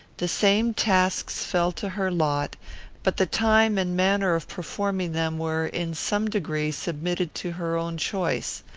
the same tasks fell to her lot but the time and manner of performing them were, in some degree, submitted to her own choice.